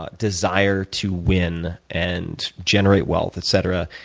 ah desire to win and generate wealth, etc,